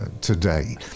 today